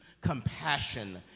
compassion